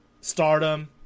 Stardom